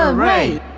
ah right!